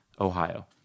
Ohio